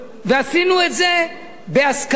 ועשינו את זה בהסכמה.